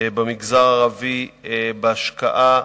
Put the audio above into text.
במגזר הערבי בהשקעה